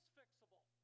fixable